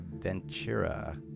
Ventura